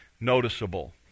noticeable